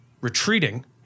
retreating